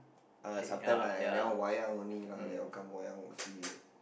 uh sometime lah I never wayang only lah they all come wayang lah